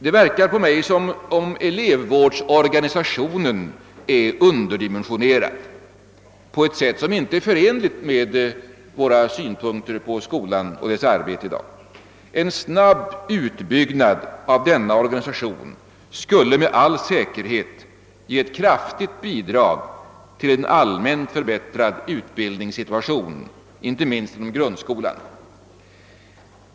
Det verkar på mig som om elevvårdsorganisationen är underdimensionerad på ett sätt som inte är förenligt med våra synpunkter på skolan och dess arbete i dag. En snabb utbyggnad av denna organisation skulle med all säkerhet ge ett kraftigt bidrag till en allmänt förbättrad utbildningssituation inte minst inom grundskolan.